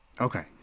Okay